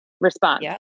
response